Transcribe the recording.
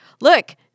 look